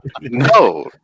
no